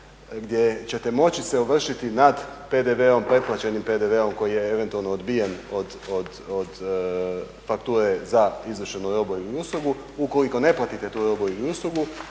gdje ćete moći se ovršiti nad PDV-om, preplaćenim PDV-om koji je eventualno odbijen od fakture za izvršenu robu ili uslugu. Ukoliko ne platite tu robu ili uslugu